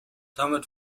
damit